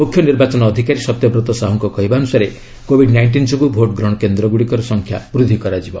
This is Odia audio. ମୁଖ୍ୟ ନିର୍ବାଚନ ଅଧିକାରୀ ସତ୍ୟବ୍ରତ ସାହୁଙ୍କ କହିବା ଅନୁସାରେ କୋବିଡ୍ ନାଇଷ୍ଟିନ୍ ଯୋଗୁଁ ଭୋଟ୍ ଗ୍ରହଣ କେନ୍ଦ୍ର ଗୁଡ଼ିକର ସଂଖ୍ୟା ବୃଦ୍ଧି କରାଯିବ